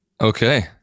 Okay